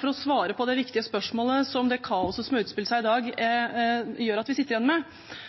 for å svare på det viktige spørsmålet som det kaoset som utspiller seg i dag, gjør at vi sitter igjen med.